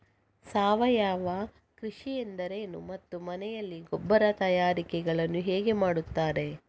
ಸಾವಯವ ಕೃಷಿ ಎಂದರೇನು ಮತ್ತು ಮನೆಯಲ್ಲಿ ಗೊಬ್ಬರ ತಯಾರಿಕೆ ಯನ್ನು ಹೇಗೆ ಮಾಡುತ್ತಾರೆ?